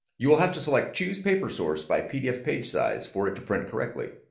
you'll have to select choose paper source by pdf page size for it to print correctly.